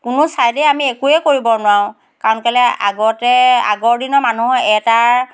কোনো চাইডেই আমি একোৱে কৰিব নোৱাৰোঁ কাৰণ কেলৈ আগতে আগৰ দিনৰ মানুহৰ এটাৰ